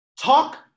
talk